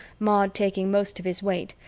maud taking most of his weight,